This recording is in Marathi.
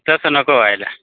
तसं नको व्हायला